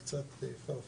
זה קצת רחוק,